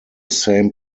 same